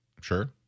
Sure